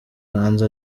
hanze